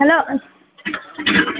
hello